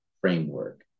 framework